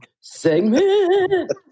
segment